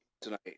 Tonight